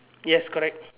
yes correct